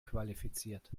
qualifiziert